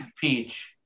Peach